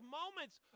moments